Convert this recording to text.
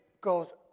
goes